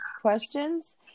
questions